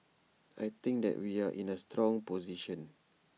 I think that we are in A strong position